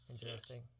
Interesting